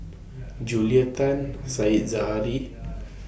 Julia Tan Said Zahari